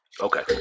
Okay